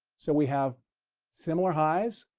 so we have similar highs,